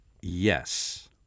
yes